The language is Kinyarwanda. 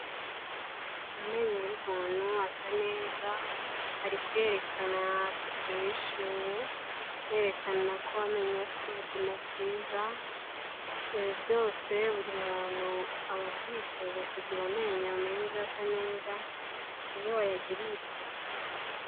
Amenyo y'umuntu asa neza, ari kuyerekana yasetse yishimye yerekana ko amenyo ye afite ubuzima bwiza, ibi byose buri muntu aba abyifuza kugira amenyo meza asa neza iyo wayagiriye isuku.